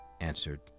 answered